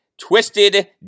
twisted